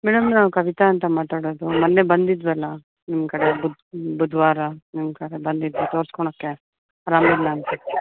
madam ನಾವು ಕವಿತಾ ಅಂತ ಮಾತಾಡೋದು ಮೊನ್ನೆ ಬಂದಿದ್ವಲ್ಲ ನಿಮ್ಮ ಕಡೆ ಬುಧವಾರ ನಿಮ್ಮ ಕಡೆ ಬಂದಿದ್ದೆ ತೋರಿಸ್ಕೋಳೋಕ್ಕೆ ಆರಾಮಿಲ್ಲ ಅಂತ